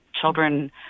Children